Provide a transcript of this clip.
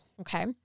Okay